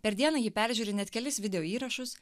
per dieną ji peržiūri net kelis video įrašus